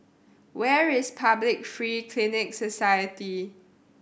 where is Public Free Clinic Society